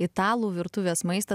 italų virtuvės maistą